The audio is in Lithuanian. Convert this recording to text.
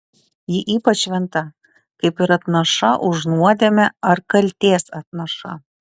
ji ypač šventa kaip ir atnaša už nuodėmę ar kaltės atnaša